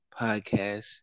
podcast